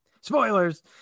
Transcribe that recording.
Spoilers